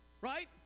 right